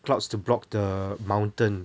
clouds to block the mountain